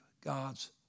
God's